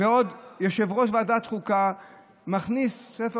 ועוד יושב-ראש ועדת חוקה מכניס ספר